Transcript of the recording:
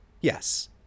Yes